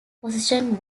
position